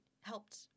helped